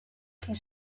que